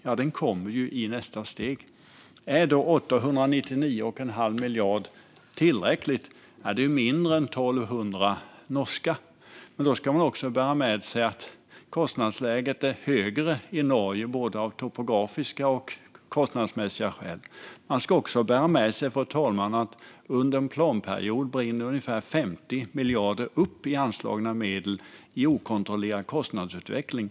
Ja, den kommer ju i nästa steg. Är då 899,5 miljarder tillräckligt? Det är mindre än 1 200 norska. Men då ska man bära med sig att kostnadsläget är högre i Norge både av topografiska och av andra skäl. Man ska också bära med sig, fru talman, att under en planperiod brinner ungefär 50 miljarder av anslagna medel upp i okontrollerad kostnadsutveckling.